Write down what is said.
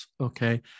okay